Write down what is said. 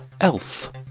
Elf